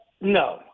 no